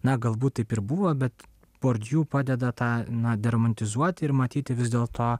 na galbūt taip ir buvo bet bordiu padeda tą na deromantizuoti ir matyti vis dėlto